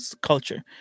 culture